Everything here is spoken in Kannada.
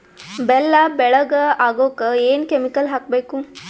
ಬೆಲ್ಲ ಬೆಳಗ ಆಗೋಕ ಏನ್ ಕೆಮಿಕಲ್ ಹಾಕ್ಬೇಕು?